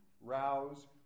rouse